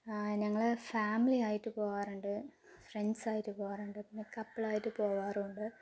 ഞങ്ങൾ ഫാമിലിയായിട്ടു പോകാറുണ്ട് ഫ്രണ്ട്സായിട്ടു പോകാറുണ്ട് പിന്നെ കപ്പിളായിട്ടു പോകാറുണ്ട്